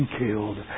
killed